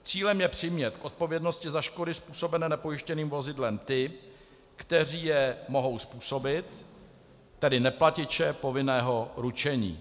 Cílem je přimět k odpovědnosti za škody způsobené nepojištěným vozidlem ty, kteří je mohou způsobit, tedy neplatiče povinného ručení.